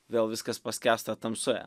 vėl viskas paskęsta tamsoje